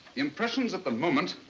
impressions at the moment